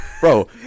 Bro